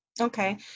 Okay